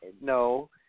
No